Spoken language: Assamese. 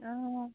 অঁ